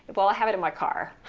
well, i have it in my car,